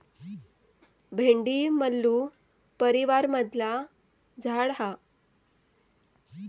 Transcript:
भेंडी मल्लू परीवारमधला झाड हा